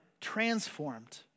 transformed